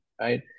Right